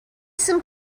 some